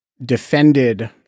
Defended